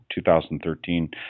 2013